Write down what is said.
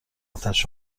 اتش